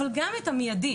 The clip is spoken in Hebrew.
אבל גם את המיידי,